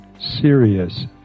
serious